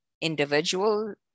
individual